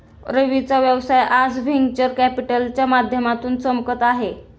रवीचा व्यवसाय आज व्हेंचर कॅपिटलच्या माध्यमातून चमकत आहे